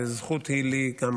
וזכות היא לי,